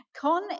Con